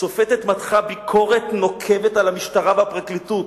השופטת מתחה ביקורת נוקבת על המשטרה והפרקליטות,